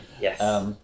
Yes